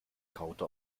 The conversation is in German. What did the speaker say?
kaute